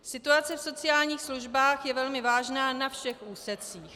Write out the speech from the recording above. Situace v sociálních službách je velmi vážná na všech úsecích.